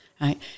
right